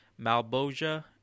malboja